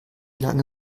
lange